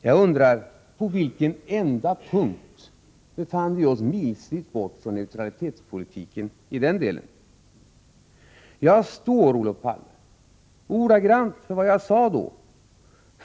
Jag undrar: På vilken enda punkt befann vi oss milsvitt från den svenska neutralitetspolitiken i den delen? Jagsstår för varje ord jag sade då, Olof Palme.